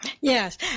yes